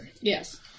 Yes